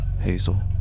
Hazel